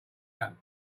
done